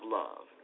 love